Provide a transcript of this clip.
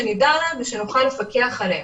שנדע עליהם ושנוכל לפקח עליהם.